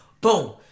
boom